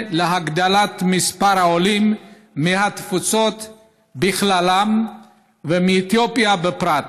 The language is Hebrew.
להגדלת מספר עולים מהתפוצות בכלל ומאתיופיה בפרט.